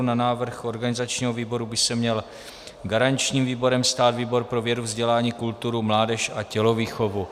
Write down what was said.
Na návrh organizačního výboru by se měl garančním výborem stát výbor pro vědu, vzdělání, kulturu, mládež a tělovýchovu.